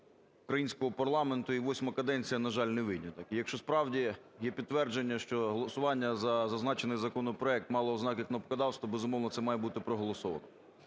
українського парламенту, і восьма каденція, на жаль, не виняток. Якщо, справді, є підтвердження, що голосування за зазначений законопроект мало ознаки кнопкодавства, безумовно, це має бути проголосовано.